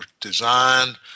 designed